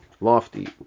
lofty